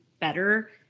better